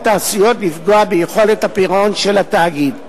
העשויות לפגוע ביכולת הפירעון של התאגיד.